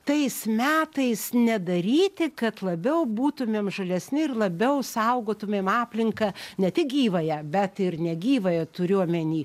tais metais nedaryti kad labiau būtumėm žalesni ir labiau saugotumėm aplinką ne tik gyvąją bet ir negyvąją turiu omeny